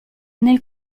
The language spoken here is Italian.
nel